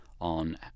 on